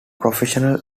professional